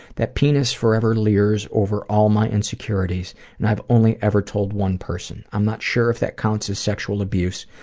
that penis forever leers over all my insecurities and i've only ever told one person. i'm not sure if that counts as sexual abuse,